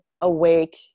awake